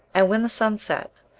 and when the sun set,